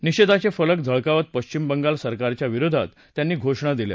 निषेधाचे फलक झळकावत पश्चिम बंगाल सरकारच्या विरोधात त्यांनी घोषणा दिल्या